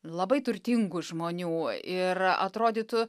labai turtingų žmonių ir atrodytų